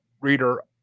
reader